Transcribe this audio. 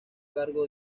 cargo